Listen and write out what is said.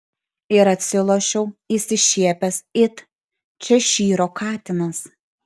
ir atsilošiau išsišiepęs it češyro katinas